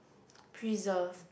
preserve